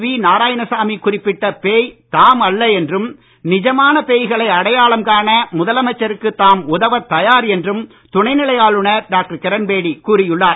we Narayanasamy குறிப்பிட்ட பேய் தாம் அல்ல என்றும் நிஜமான பேய்களை அடையாளம் காண முதலமைச்சருக்கு உதவ தாம் தயார் என்றும் துணைநிலை ஆளுநர் டாக்டர் கிரண்பேடி கூறியுள்ளார்